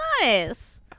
nice